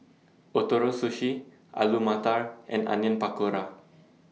Ootoro Sushi Alu Matar and Onion Pakora